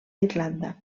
irlanda